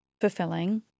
fulfilling